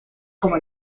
como